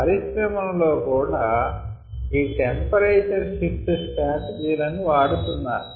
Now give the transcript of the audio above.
పరిశ్రమలలో కూడా ఈ టెంపరేచర్ షిఫ్ట్ స్ట్రాటెజీలను వాడుతున్నారు